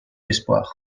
l’espoir